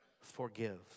forgive